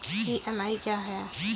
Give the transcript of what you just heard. EMI क्या है?